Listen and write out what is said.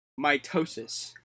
Mitosis